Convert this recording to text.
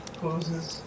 closes